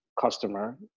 customer